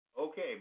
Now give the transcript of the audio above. Okay